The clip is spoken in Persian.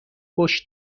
پشت